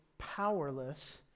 powerless